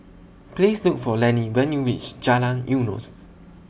Please Look For Lenny when YOU REACH Jalan Eunos